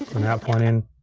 an out point in,